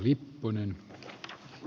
kankaan esitystä